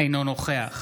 אינו נוכח